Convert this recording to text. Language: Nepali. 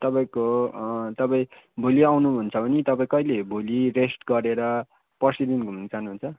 तपाईँको तपाईँ भोलि आउनुहुन्छ भने तपाईँ कहिले भोलि रेस्ट गरेर पर्सिदेखि घुम्न चाहनुहुन्छ